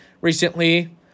recently